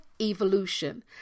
evolution